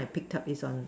pick up is on